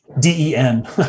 D-E-N